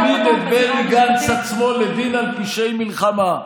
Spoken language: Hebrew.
הרי הם רוצים להעמיד את בני גנץ עצמו לדין על פשעי מלחמה.